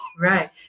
Right